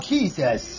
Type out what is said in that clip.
Jesus